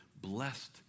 blessed